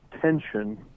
tension